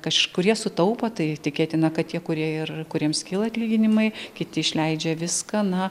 kažkurie sutaupo tai tikėtina kad tie kurie ir kuriems kyla atlyginimai kiti išleidžia viską na